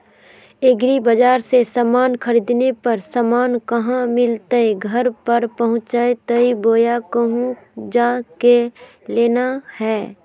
एग्रीबाजार से समान खरीदे पर समान कहा मिलतैय घर पर पहुँचतई बोया कहु जा के लेना है?